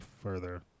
Further